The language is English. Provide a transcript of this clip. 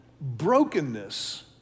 Brokenness